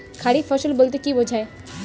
খারিফ ফসল বলতে কী বোঝায়?